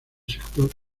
sector